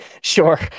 Sure